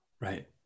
Right